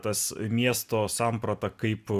tas miesto samprata kaip